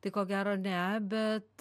tai ko gero ne bet